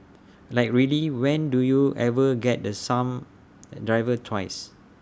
like really when do you ever get the some driver twice